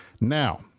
Now